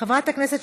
חברת הכנסת